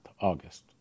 August